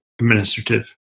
administrative